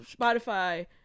Spotify